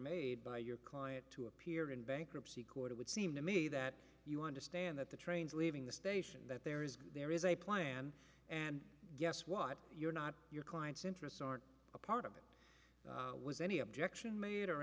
made by your client to appear in bankruptcy court it would seem to me that you understand that the trains leaving the station that there is there is a plan and guess what you're not your client's interests aren't a part of it was any objection made or